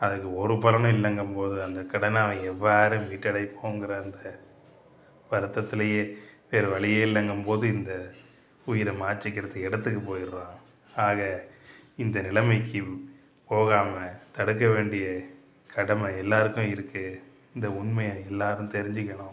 அதற்கு ஒரு பலனும் இல்லைங்கபோது அந்த கடனை அவன் எவ்வாறு மீட்டைப்போங்கிற அந்த வருத்தத்திலேயே வேறு வழியே இல்லைங்கபோது இந்த உயிரை மாச்சிகிறது இடத்துக்கு போய்டுறான் ஆக இந்த நிலமைக்கு போகாமல் தடுக்க வேண்டிய கடமை எல்லாருக்கும் இருக்கு இந்த உண்மையை எல்லாரும் தெரிஞ்சிக்கனும்